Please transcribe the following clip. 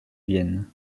vienne